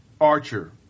Archer